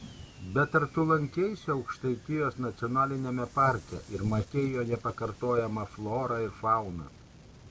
bet ar tu lankeisi aukštaitijos nacionaliniame parke ir matei jo nepakartojamąją florą ir fauną